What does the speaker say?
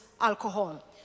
alcohol